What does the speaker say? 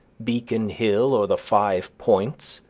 beacon hill, or the five points,